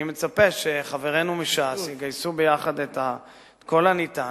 אני מצפה שחברינו מש"ס יגייסו ביחד את כל הניתן